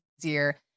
easier